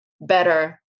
better